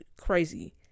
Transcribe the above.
crazy